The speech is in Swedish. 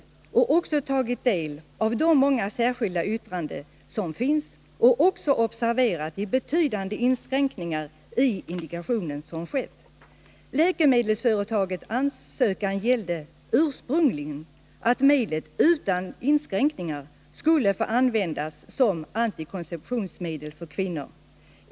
Jag utgår också från att hon tagit del av de många särskilda yttranden som finns och observerat de betydande inskränkningarna i indikationen som skett. Läkemedelsföretagets ansökan gällde ursprungligen att medlet utan inskränkningar skulle få användas som antikonceptionsmedel för kvinnor.